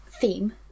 theme